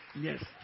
Yes